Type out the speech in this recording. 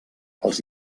els